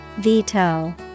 Veto